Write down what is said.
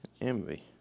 envy